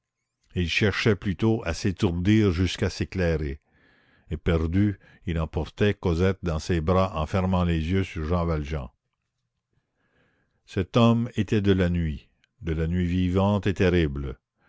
il cherchait plutôt à s'étourdir qu'à s'éclairer éperdu il emportait cosette dans ses bras en fermant les yeux sur jean valjean cet homme était de la nuit de la nuit vivante et terrible